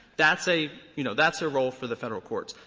that's a you know, that's a role for the federal courts.